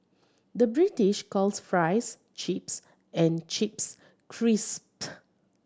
the British calls fries chips and chips crisp